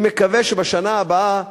אני מקווה שבשנה הבאה,